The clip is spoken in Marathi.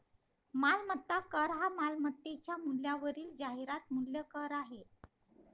मालमत्ता कर हा मालमत्तेच्या मूल्यावरील जाहिरात मूल्य कर आहे